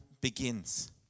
begins